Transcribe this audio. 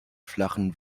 flachen